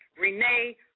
Renee